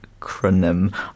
acronym